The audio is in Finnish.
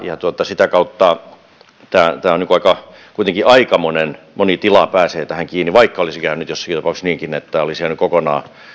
sitä kautta kuitenkin aika moni tila pääsee tähän kiinni vaikka olisi käynyt jossakin tapauksessa niinkin että olisi jäänyt kokonaan